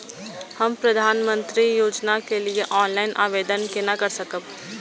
हम प्रधानमंत्री योजना के लिए ऑनलाइन आवेदन केना कर सकब?